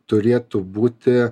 turėtų būti